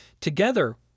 Together